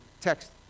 text